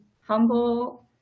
humble